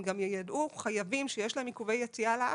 הם גם יידעו חייבים שיש להם עיכובי יציאה לארץ.